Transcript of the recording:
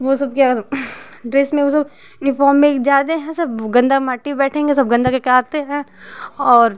वो सब क्या ड्रेस में वो सब यूनिफ़ॉम में जाते हैं सब गंदा माटी बैठेंगे सब गंदा करके आते हैं और